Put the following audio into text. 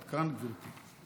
עד כאן, גברתי.